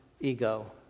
ego